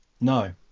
No